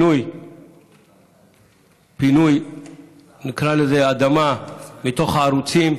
פינוי אדמה מתוך הערוצים,